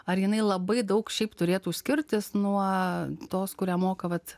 ar jinai labai daug šiaip turėtų skirtis nuo tos kurią moka vat